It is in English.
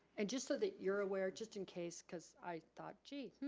and just so that you're aware, just in case, cause i thought, gee, hmm,